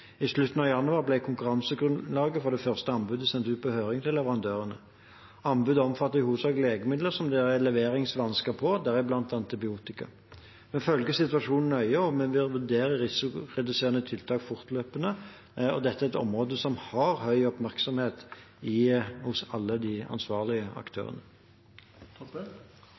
I slutten av januar ble konkurransegrunnlaget for det første anbudet sendt ut på høring til leverandørene. Anbudet omfatter i hovedsak legemidler der det er leveringsvansker, deriblant antibiotika. Vi følger situasjonen nøye og vurderer risikoreduserende tiltak fortløpende. Dette er et område som har høy oppmerksomhet hos alle de ansvarlige